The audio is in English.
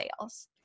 sales